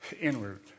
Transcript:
inward